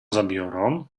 zabiorą